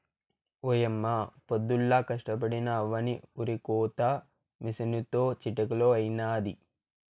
ఓయమ్మ పొద్దుల్లా కష్టపడినా అవ్వని ఒరికోత మిసనుతో చిటికలో అయినాది